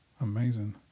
amazing